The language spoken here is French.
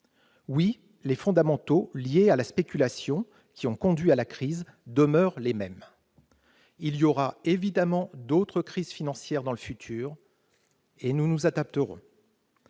Oui, les fondamentaux liés à la spéculation qui ont conduit à la crise demeurent les mêmes : il y aura évidemment d'autres crises financières dans le futur et nous nous adapterons